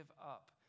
up